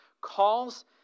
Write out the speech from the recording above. calls